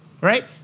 Right